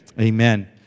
Amen